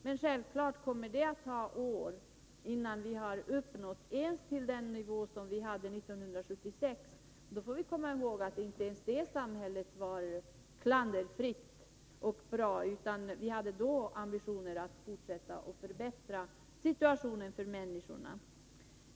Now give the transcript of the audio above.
Men det kommer självfallet att ta år innan vi har nått ens den nivå som vi hade 1976. Och vi får komma ihåg att inte ens det samhället var klanderfritt och bra, utan vi hade då ambitioner att fortsätta att förbättra situationen för människorna.